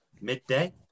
midday